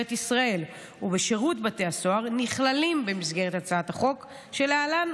ישראל ובשירות בתי הסוהר נכללים במסגרת הצעת החוק שלהלן,